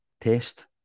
test